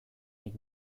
nik